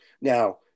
now